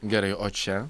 gerai o čia